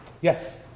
Yes